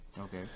Okay